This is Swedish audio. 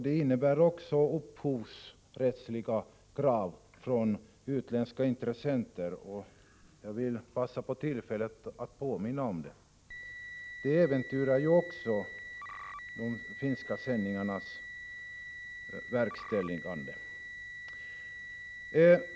Det innebär även upphovsrättsliga krav från utländska intressenters sida. Jag ville passa på tillfället att påminna om detta eftersom det äventyrar de finska sändningarnas verkställande.